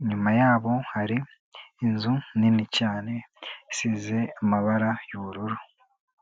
inyuma yabo hari inzu nini cyane isize amabara y'ubururu.